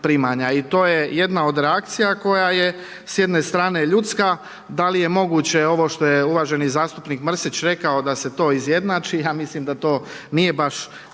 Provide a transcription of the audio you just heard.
i to je jedna od reakcija koja je s jedne strane ljudske da li je moguće što je uvaženi zastupnik Mrsić rekao da se to izjednači. Ja mislim da to nije baš